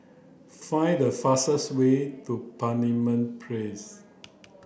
find the fastest way to Parliament Place